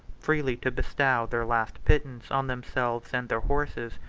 freely to bestow their last pittance on themselves and their horses,